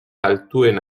altuena